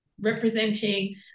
representing